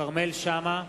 כרמל שאמה,